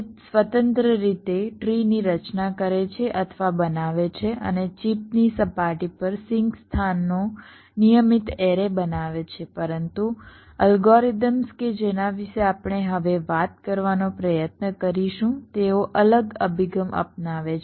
તે સ્વતંત્ર રીતે ટ્રીની રચના કરે છે અથવા બનાવે છે અને ચિપ ની સપાટી પર સિંક સ્થાનનો નિયમિત એરે બનાવે છે પરંતુ અલ્ગોરિધમ્સ કે જેના વિશે આપણે હવે વાત કરવાનો પ્રયત્ન કરીશું તેઓ અલગ અભિગમ અપનાવે છે